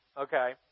okay